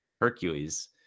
Hercules